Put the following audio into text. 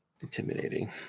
intimidating